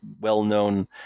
well-known